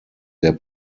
der